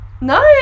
Nice